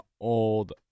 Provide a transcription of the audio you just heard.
old